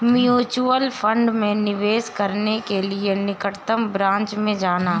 mutual fund में निवेश करने के लिए निकटतम ब्रांच में जाना